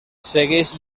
segueix